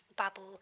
babble